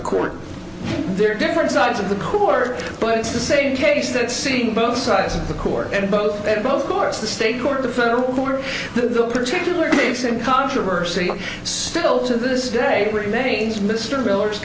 the court there are different sides of the court but it's the same case that seen both sides of the court and both in both force the state court the federal for the particular case and controversy still to this day remains mr miller's